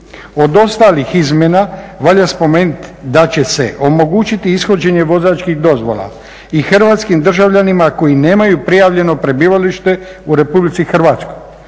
Od ostalih izmjena valja spomenuti da će se omogućiti ishođenje vozačkih dozvola i hrvatskim državljanima koji nemaju prijavljeno prebivalište u Republici Hrvatskoj